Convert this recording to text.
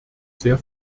sehr